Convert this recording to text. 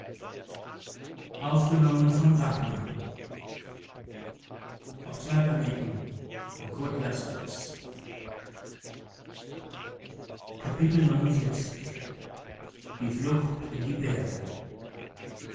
bald die flucht in die berge